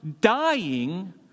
dying